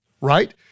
right